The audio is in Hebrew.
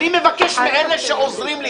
-- חייב להיות דיון על סעיפים.